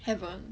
haven't